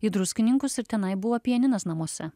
į druskininkus ir tenai buvo pianinas namuose